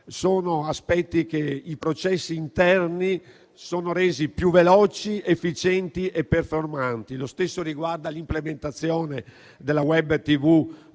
di euro. I processi interni sono resi più veloci, efficienti e performanti. Lo stesso riguarda l'implementazione della *web* TV del